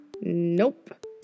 nope